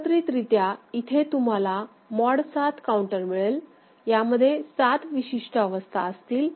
एकत्रितरित्या इथे तुम्हाला मॉड 7 काउंटर मिळेल यामध्ये 7 विशिष्ट अवस्था असतील